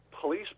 police